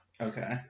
Okay